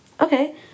okay